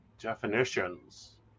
definitions